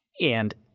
and